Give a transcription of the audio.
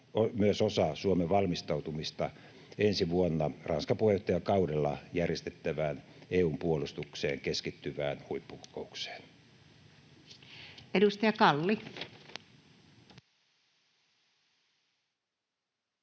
myös osa Suomen valmistautumista ensi vuonna Ranskan puheenjohtajakaudella järjestettävään EU:n puolustukseen keskittyvään huippukokoukseen. [Speech 228]